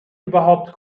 überhaupt